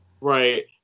Right